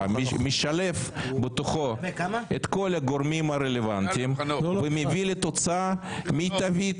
ומשלב בתוכו את כל הגורמים הרלוונטיים ומביא לתוצאה מיטבית